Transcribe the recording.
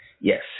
Yes